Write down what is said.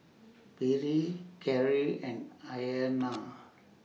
Bree Kerri and Ayanna